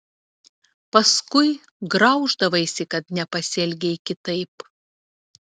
paskui grauždavaisi kad nepasielgei kitaip